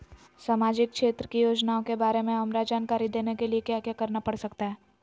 सामाजिक क्षेत्र की योजनाओं के बारे में हमरा जानकारी देने के लिए क्या क्या करना पड़ सकता है?